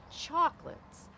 chocolates